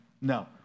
No